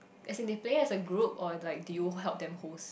as in they pay as a group or like do you help them host